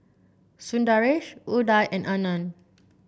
Sundaresh Udai and Anand